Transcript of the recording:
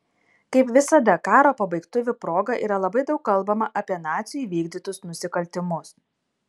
kaip visada karo pabaigtuvių proga yra labai daug kalbama apie nacių įvykdytus nusikaltimus